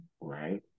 right